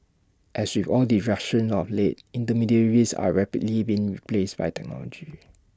as with all disruptions of late intermediaries are rapidly been replaced by technology